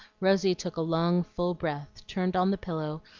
rosy took a long full breath, turned on the pillow,